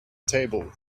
table